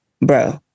bro